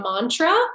Mantra